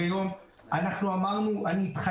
פעם אחת הבנו, תודה.